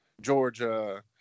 Georgia